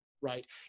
right